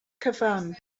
cyfan